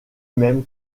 même